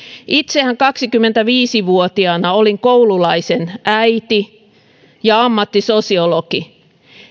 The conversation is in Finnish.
itsehän kaksikymmentäviisi vuotiaana olin koululaisen äiti ja ammattini oli sosiologi